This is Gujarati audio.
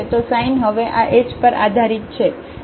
તો સાઇન હવે આ h પર આધારિત છે